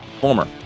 former